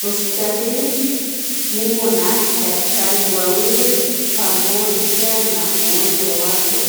Hospitalini mumo na daktari wawili pamoja na mgonjwa wake.